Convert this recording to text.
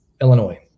Illinois